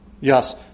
Yes